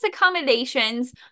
accommodations